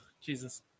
Jesus